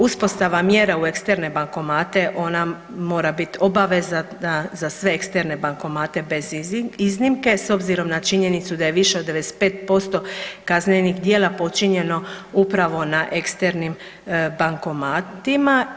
Uspostava mjera u eksterne bankomate ona mora bit obavezna za sve eksterne bankomate bez iznimke s obzirom na činjenicu da je više od 95% kaznenih djela počinjeno upravo na eksternim bankomatima.